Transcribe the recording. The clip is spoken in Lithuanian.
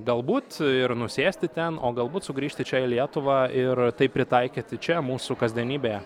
galbūt ir nusėsti ten o galbūt sugrįžti čia į lietuvą ir tai pritaikyti čia mūsų kasdienybėje